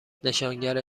نشانگر